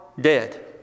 dead